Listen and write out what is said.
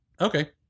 Okay